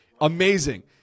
Amazing